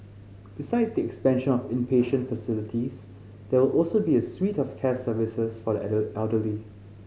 besides the expansion of inpatient facilities there will also be a suite of care services for the elderly